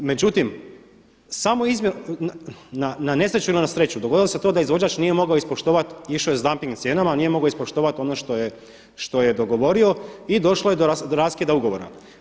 Međutim, samo na nesreću ili na sreću dogodilo se to da izvođač nije mogao ispoštovati išao je sa damping cijenama, nije mogao ispoštovati ono što je dogovorio i došlo je do raskida ugovora.